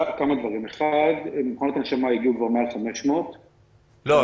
כמה דברים: 1. מכונות ההנשמה הגיעו כבר מעל 500. לא,